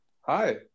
Hi